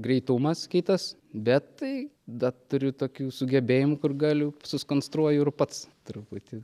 greitumas kitas bet tai dar turiu tokių sugebėjimų kur galiu susikonstruoju ir pats truputį